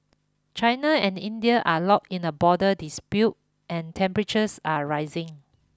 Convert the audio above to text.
China and India are locked in a border dispute and temperatures are rising